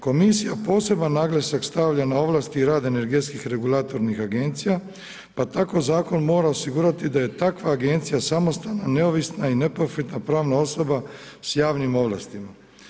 Komisija posebno naglasak stavlja na ovlasti i rad energetskih regulatornih agencija, pa tako zakon mora osigurati da je takva agencija samostalna, neovisna i neprofitna pravna osoba s javnim ovlastima.